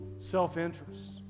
self-interest